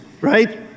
right